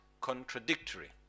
contradictory